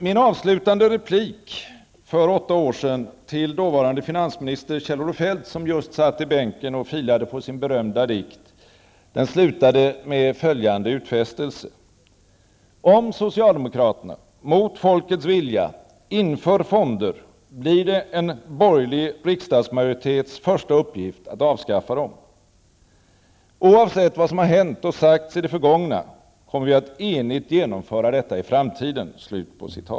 Min avslutande replik för åtta år sedan till dåvarande finansminister Kjell-Olof Feldt, som just satt i bänken och filade på sin berömda dikt, slutade med följande utfästelse: ''Om socialdemokraterna, mot folkets vilja, inför fonder blir det en borgerlig riksdagsmajoritets första uppgift att avskaffa dem. Oavsett vad som har hänt och sagts i det förgångna, kommer vi att enigt genomföra detta i framtiden.''